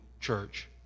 church